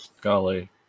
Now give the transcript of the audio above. golly